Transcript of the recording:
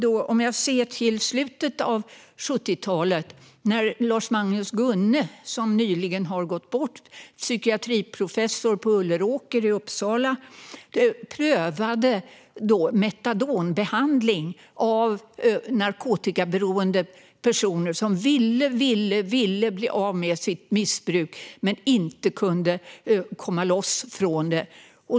I slutet av 70-talet prövade Lars-Magnus Gunne, som var psykiatriprofessor på Ulleråker i Uppsala och som nyligen gick bort, metadonbehandling av narkotikaberoende personer som verkligen ville bli av med sitt missbruk men som inte kunde komma loss från det.